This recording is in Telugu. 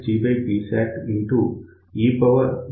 PinPsat1 G